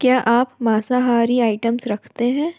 क्या आप माँसाहारी आइटम्स रखते हैं